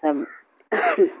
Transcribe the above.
سب